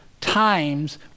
times